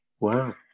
Wow